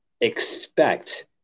expect